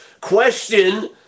question